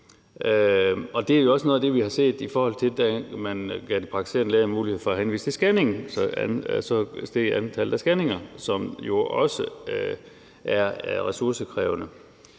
Det er jo også noget af det, vi har set, da man gav de praktiserende læger mulighed for at henvise til scanning; så steg antallet af scanninger, som jo også er ressourcekrævende.